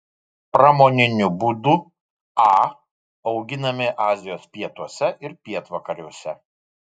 pramoniniu būdu a auginami azijos pietuose ir pietvakariuose